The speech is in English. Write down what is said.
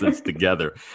together